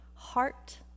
heart